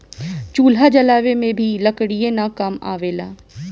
चूल्हा जलावे में भी लकड़ीये न काम आवेला